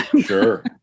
Sure